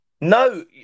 No